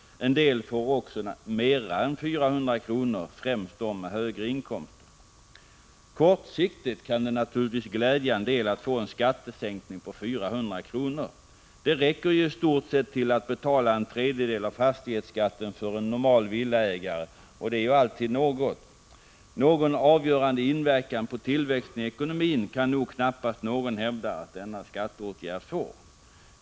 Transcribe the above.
En del får också mera än 400 kr., främst de med högre inkomster. Kortsiktigt kan det naturligvis glädja en del att få en skattesänkning på 400 kr. Det räcker ju i stort sett till att betala en tredjedel av fastighetsskatten för en normal villaägare, och det är ju alltid något. Någon avgörande inverkan på tillväxten i ekonomin kan nog knappast någon hävda att denna skatteåtgärd får.